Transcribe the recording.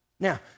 Now